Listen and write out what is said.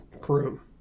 crew